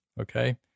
okay